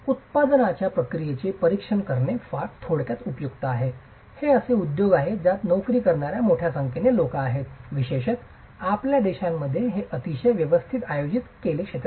उत्पादनाच्या प्रक्रियेचे परीक्षण करणे फारच थोडक्यात उपयुक्त आहे हे असे उद्योग आहे ज्यात नोकरी करणार्या मोठ्या संख्येने लोक आहेत विशेषतः आपल्या देशामध्ये हे अतिशय व्यवस्थित आयोजित केलेले क्षेत्र नाही